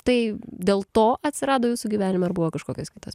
tai dėl to atsirado jūsų gyvenime ar buvo kažkokios kitos